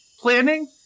planning